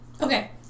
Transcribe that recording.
Okay